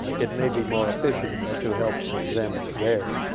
it may be more efficient to help them there,